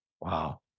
Wow